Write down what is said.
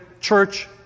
church